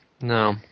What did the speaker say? No